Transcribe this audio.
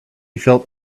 felt